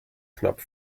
knapp